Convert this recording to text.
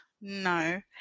No